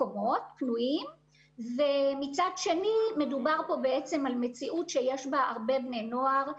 המקומות שבהם נמצאים בני הנוער,